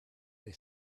they